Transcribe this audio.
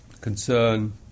concern